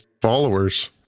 followers